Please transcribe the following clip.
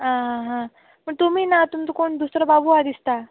आं आं आं पूण तुमी ना तुमचो कोण दुसरो बाबू आसा दिसता